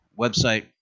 website